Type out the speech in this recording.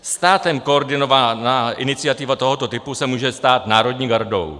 Státem koordinovaná iniciativa tohoto typu se může stát národní gardou.